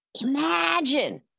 Imagine